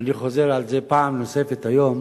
אני חוזר על זה פעם נוספת היום,